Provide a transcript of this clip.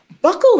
buckle